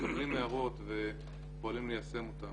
מקבלים הערות ופועלים ליישם אותן.